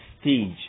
stage